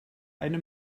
eine